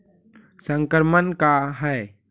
संक्रमण का है?